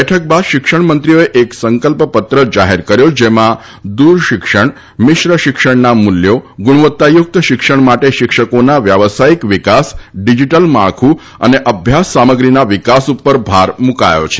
બેઠક બાદ શિક્ષણ મંત્રીઓએ એક સંકલ્પ પત્ર જાહેર કર્યો જેમાં દુરશિક્ષણ મિશ્ર શિક્ષણના મુલ્યો ગુણવત્તા યુકત શિક્ષણ માટે શિક્ષકોના વ્યાવસાયીક વિકાસ ડીજીટલ માળખુ તથા અભ્યાસ સામગ્રીના વિકાસ પર ભાર મુકયો છે